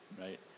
Right